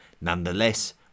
Nonetheless